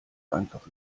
einfach